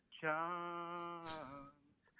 chance